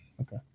Okay